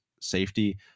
safety